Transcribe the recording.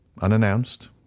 unannounced